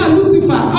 Lucifer